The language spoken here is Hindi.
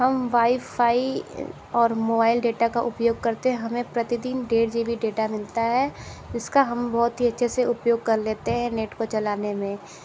हम वाईफाई और मोबाईल डेटा का उपयोग करते है हमे प्रतिदिन डेढ़ जी बी डेटा मिलता है इसका हम बहुत ही अच्छे से उपयोग कर लेते है नेट को चलाने में